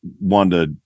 Wanda